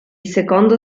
secondo